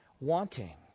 wanting